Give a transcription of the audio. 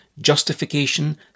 justification